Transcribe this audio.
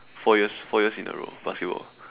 four years four years in a row basketball